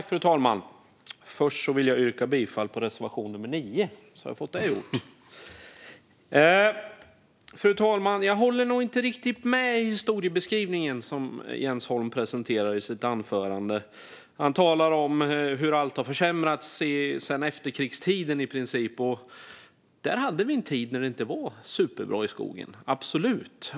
Fru talman! Först vill jag yrka bifall till reservation 9, så har jag fått det gjort. Jag håller nog inte riktigt med om den historiebeskrivning som Jens Holm presenterar i sitt anförande. Han talar om hur i princip allt har försämrats sedan efterkrigstiden. Det var absolut en tid när det inte var superbra i skogen.